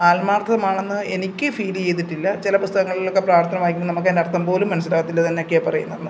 ആത്മാർത്ഥമാണെന്ന് എനിക്ക് ഫീല് ചെയ്തിട്ടില്ല ചില പുസ്തകങ്ങളിലൊക്കെ പ്രാർത്ഥന വായിക്കുമ്പോൾ നമുക്ക് അതിൻ്റെ അർത്ഥംപോലും മനസ്സിലാകത്തില്ല ഇത് എന്ന് ഒക്കെയാ ഈ പറയുന്നത് എന്ന്